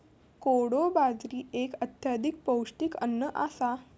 कोडो बाजरी एक अत्यधिक पौष्टिक अन्न आसा